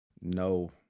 No